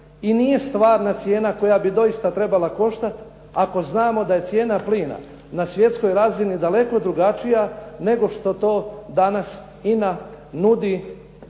i nije stvarna cijena koja bi doista trebala koštati, ako znamo da je cijena plina na svjetskoj razini daleko drugačija nego što to danas INA nudi